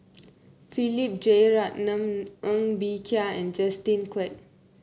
Philip Jeyaretnam Ng Bee Kia and Justin Quek